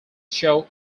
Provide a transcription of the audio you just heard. show